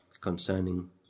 concerning